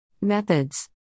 Methods